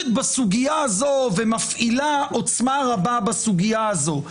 בסוגיה הזאת ומפעילה עוצמה רבה בסוגיה הזאת.